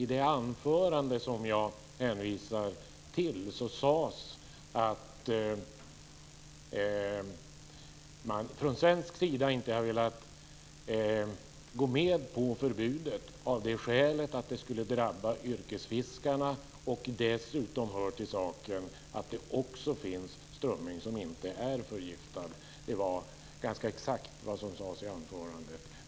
I det anförande som jag hänvisar till sades det att man från svensk sida inte har velat gå med på förbudet av det skälet att det skulle drabba yrkesfiskarna. Dessutom hör det till saken att det finns strömming som inte är förgiftad. Det var ganska exakt vad som sades i anförandet.